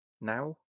now